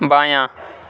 بایاں